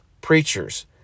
preachers